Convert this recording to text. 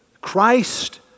Christ